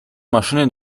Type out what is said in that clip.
maszyny